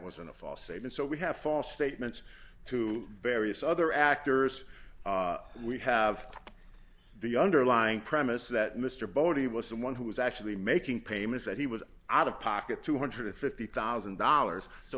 wasn't a false statement so we have false statements to various other actors we have the underlying premise that mr bodie was the one who was actually making payments that he was out of pocket two hundred and fifty thousand dollars so